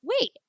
wait